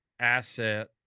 asset